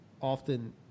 often –